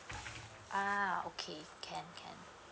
uh okay can can